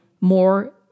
more